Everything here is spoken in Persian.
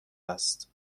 است